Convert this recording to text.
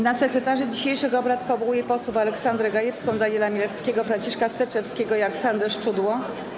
Na sekretarzy dzisiejszych obrad powołuję posłów Aleksandrę Gajewską, Daniela Milewskiego, Franciszka Sterczewskiego i Aleksandrę Szczudło.